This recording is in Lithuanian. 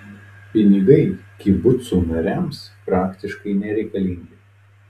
pinigai kibucų nariams praktiškai nereikalingi